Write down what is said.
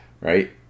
Right